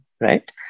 right